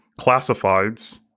classifieds